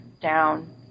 down